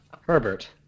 herbert